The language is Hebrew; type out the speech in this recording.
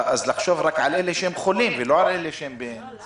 אז לחשוב רק על אלה שהם חולים ולא על אלה שהם --- לא.